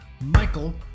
Michael